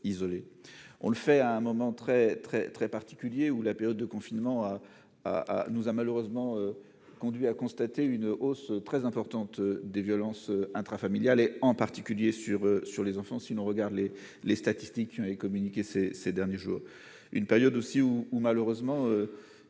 on le fait à un moment très très très particulier où la période de confinement à à à nous a malheureusement conduit à constater une hausse très importante des violences intrafamiliales et en particulier sur sur les enfants, si l'on regarde les les statistiques et communiquer ces ces derniers jours